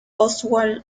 oswald